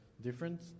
different